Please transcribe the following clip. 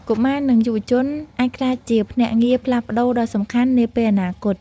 កុមារនិងយុវជន អាចក្លាយជាភ្នាក់ងារផ្លាស់ប្តូរដ៏សំខាន់នាពេលអនាគត។